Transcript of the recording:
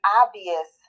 obvious